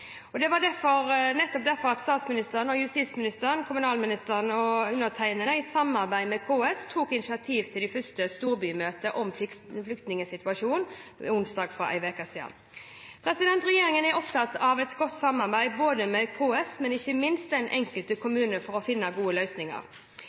Det var nettopp derfor statsministeren, justisministeren, kommunalministeren og undertegnede i samarbeid med KS tok initiativ til det første storbymøtet om flyktningsituasjonen onsdag for en uke siden. Regjeringen er opptatt av et godt samarbeid både med KS og ikke minst den enkelte kommune for å finne gode løsninger.